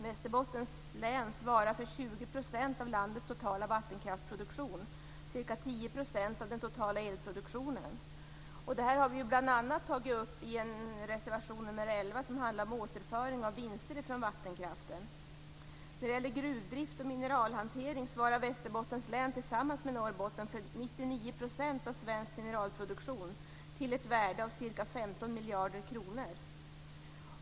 Västerbottens län svarar för 20 % av landets totala vattenkraftsproduktion - ca 10 % av den totala elproduktionen. Det har vi bl.a. tagit upp i reservation nr 13 som handlar om återföring av vinster från vattenkraften. När det gäller gruvdrift och mineralhantering svarar Västerbottens län tillsammans med Norrbotten för 99 % av svensk mineralproduktion till ett värde av ca 15 miljarder kronor.